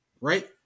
Right